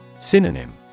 Synonym